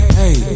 hey